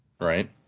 right